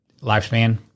lifespan